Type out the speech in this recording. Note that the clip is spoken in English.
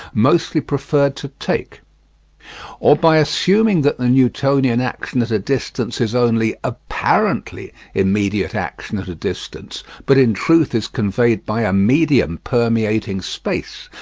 mostly preferred to take or by assuming that the newtonian action at a distance is only apparently immediate action at a distance, but in truth is conveyed by a medium permeating space,